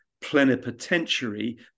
plenipotentiary